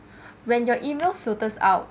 when your E mail so turns out